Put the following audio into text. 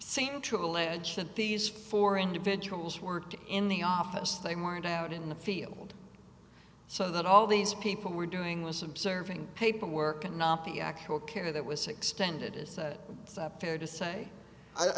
that these four individuals worked in the office they weren't out in the field so that all these people were doing was observing paperwork and not the actual care that was expended is it fair to say i